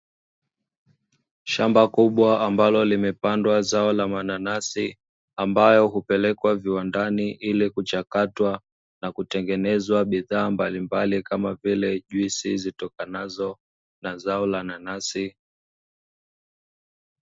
Shamba kubwa ambalo limepandwa zao la mananasi, ambalo hupelekwa viwandani kwa ajili ya kuchakatwa, na kutengenezwa bidhaa mbalimbali kama vile juisi zitokanazo na zao la nanasi.